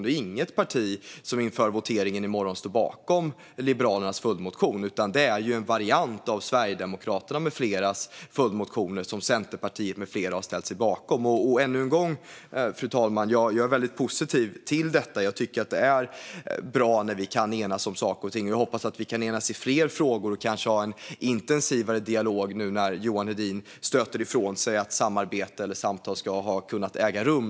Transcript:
Det är inget parti som inför voteringen i morgon står bakom Liberalerna följdmotion. I stället är det en variant av Sverigedemokraternas med fleras följdmotioner som Centerpartiet med flera har ställt sig bakom. Fru talman! Jag är väldigt positiv till detta, och det är bra när vi kan enas om saker och ting. Jag hoppas att vi kan enas i fler frågor och kanske ha en intensivare dialog även om Johan Hedin stöter ifrån sig att samarbete eller samtal ska ha ägt rum.